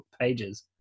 pages